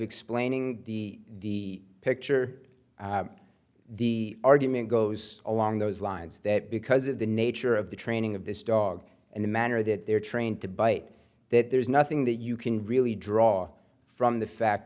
explaining the picture the argument goes along those lines that because of the nature of the training of this dog and the manner that they are trained to bite that there's nothing that you can really draw from the fact